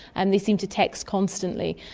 and they seem to text constantly.